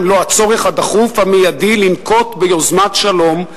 אם לא הצורך הדחוף והמיידי לנקוט יוזמת שלום,